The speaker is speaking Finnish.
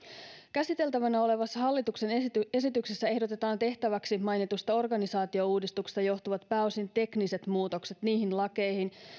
käsiteltävänä olevassa hallituksen esityksessä esityksessä ehdotetaan tehtäväksi mainitusta organisaatiouudistuksesta johtuvat pääosin tekniset muutokset niihin lakeihin